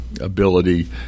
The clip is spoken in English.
ability